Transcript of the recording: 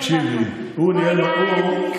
הוא היה האדריכל,